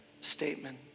statement